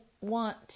want